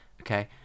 Okay